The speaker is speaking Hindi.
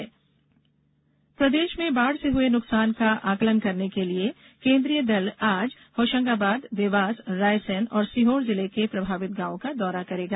केन्द्रीय दल दौरा प्रदेश में बाढ़ से हुए नुकसान का आंकलन करने के लिए केन्द्रीय दल आज होशंगाबाद देवास रायसेन और सीहोर जिले के प्रभावित गॉवों का दौरा करेगा